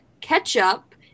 ketchup